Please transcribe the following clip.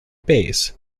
base